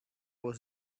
was